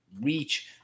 reach